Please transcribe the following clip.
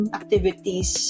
activities